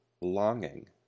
longing